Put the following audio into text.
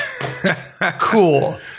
Cool